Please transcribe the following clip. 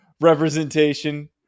representation